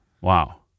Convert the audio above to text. Wow